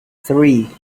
three